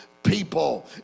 People